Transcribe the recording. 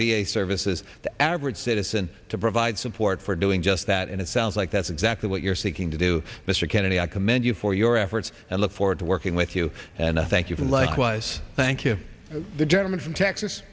a services the average citizen to provide support for doing just that and it sounds like that's exactly what you're seeking to do mr kennedy i commend you for your efforts and look forward to working with you and i thank you for and likewise thank you the gentleman from texas